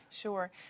Sure